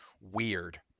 weird